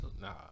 Nah